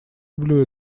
люблю